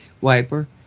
wiper